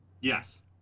Yes